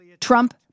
Trump